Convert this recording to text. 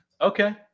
Okay